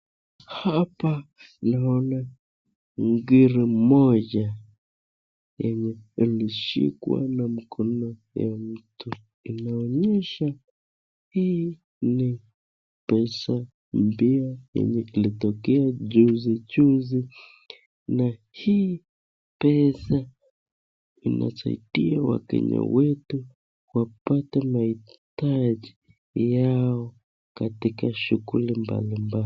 Hapa naona ngiri moja yenye imeshikwa na mkono wa mtu inaonyesha hii ni pesa ambayo ilitokea juzi juzi na hii pesa inasaidia wakenya wetu kwa kupata mahitaji yao katika shughuli mbali mbali.